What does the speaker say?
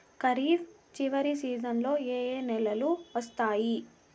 ఖరీఫ్ చివరి సీజన్లలో ఏ నెలలు వస్తాయి?